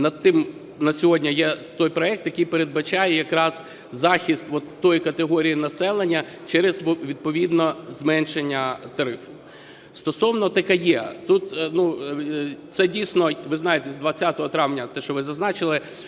над тим, на сьогодні є той проект, який передбачає якраз захист тої категорії населення, через відповідно зменшення тарифу. Стосовно ТКЕ. Це, дійсно, ви знаєте, з 20 травня те, що ви зазначили,